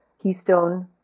keystone